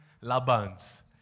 Laban's